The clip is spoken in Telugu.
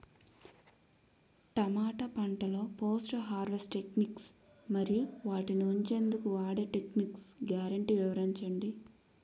టమాటా పంటలో పోస్ట్ హార్వెస్ట్ టెక్నిక్స్ మరియు వాటిని ఉంచెందుకు వాడే టెక్నిక్స్ గ్యారంటీ వివరించండి?